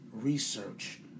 Research